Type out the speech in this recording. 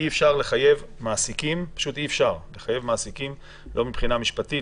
פשוט אי אפשר לחייב מעסיקים לא מבחינה משפטית,